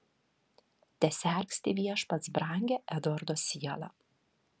tesergsti viešpats brangią edvardo sielą